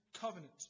covenant